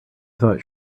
thought